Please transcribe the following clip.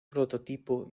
prototipo